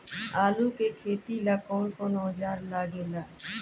आलू के खेती ला कौन कौन औजार लागे ला?